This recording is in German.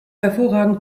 hervorragend